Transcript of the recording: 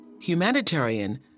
Humanitarian